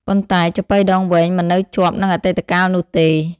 ប៉ុន្តែ ចាប៉ីដងវែងមិននៅជាប់នឹងអតីតកាលនោះទេ។